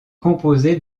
composée